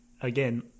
again